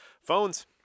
Phones